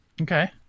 okay